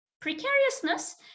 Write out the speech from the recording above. precariousness